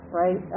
right